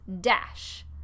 dash